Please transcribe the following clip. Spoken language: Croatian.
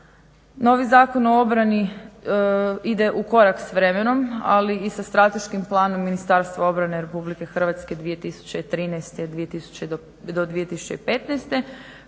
Novi Zakon o obrani ide ukorak s vremenom, ali i sa Strateškim planom Ministarstva obrane RH 2013.-2015.